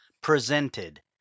presented